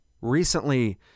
Recently